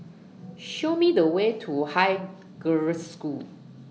Show Me The Way to Haig Girls' School